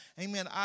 Amen